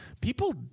people